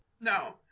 No